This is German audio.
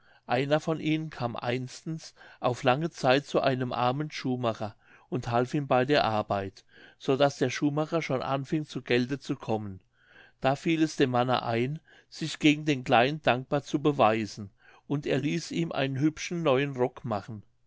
einer von ihnen kam einstens auf lange zeit zu einem armen schuhmacher und half ihm bei der arbeit so daß der schuhmacher schon anfing zu gelde zu kommen da fiel es dem manne ein sich gegen den kleinen dankbar zu beweisen und er ließ ihm einen hübschen neuen rock machen